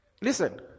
Listen